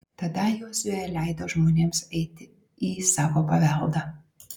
tada jozuė leido žmonėms eiti į savo paveldą